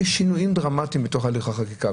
יש שנויים דרמטיים בתוך הליך החקיקה,